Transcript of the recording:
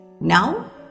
now